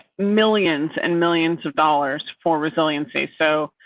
millions and millions of dollars for resiliency. so,